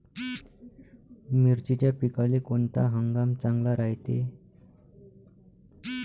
मिर्चीच्या पिकाले कोनता हंगाम चांगला रायते?